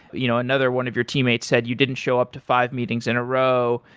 you know another one of your teammate said you didn't show up to five meetings in a row.